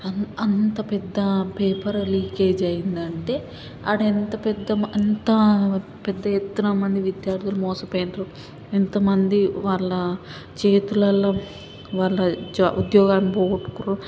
అం అంత పెద్ద paper leakage అయ్యిందంటే అక్కడ ఎంత పెద్ద అంత పెద్ద ఎత్తున మంది విద్యార్థులు మోసపోయినారు ఎంతమంది వాళ్ళ చేతులలో వాళ్ళ జా ఉద్యోగాలను పోగొట్టుకునారు